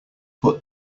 put